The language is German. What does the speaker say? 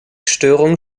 störung